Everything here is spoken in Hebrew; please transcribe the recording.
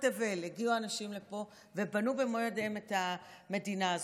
תבל ובנו במו ידיהם את המדינה הזאת.